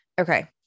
Okay